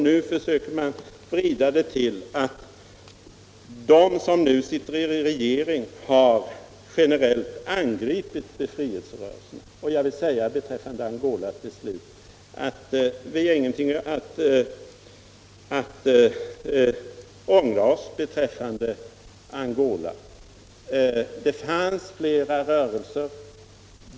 Nu försöker fru Dahl vrida det till att de partier som nu sitler i regeringen har, generellt, angripit befrielserörelserna. Till slut vill jag säga att vi har ingenting att ångra när det gäller Angola. Det är ett faktum att det fanns flera rörelser i landet vid denna tidpunkt.